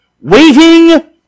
waiting